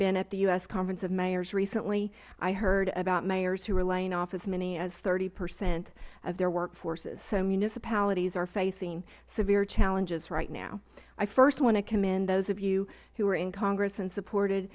been at the u s conference of mayors recently i heard about mayors who were laying off as many as thirty percent of their workforces so municipalities are facing severe challenges right now i first want to commend those of you who were in congress and supported